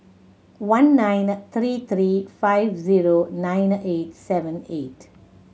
one nine three three five zero nine eight seven eight